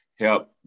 help